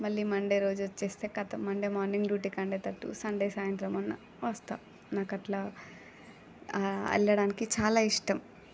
మళ్ళీ మండే రోజు వచ్చేస్తే కథ మండే మార్నింగ్ డ్యూటీకి అందేటట్టు సండే సాయంత్రం అయిన వస్తాను నాకు అట్లా వెళ్ళడానికి చాలా ఇష్టం